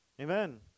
Amen